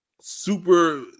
super